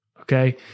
Okay